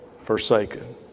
forsaken